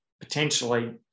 potentially